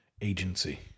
agency